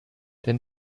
denn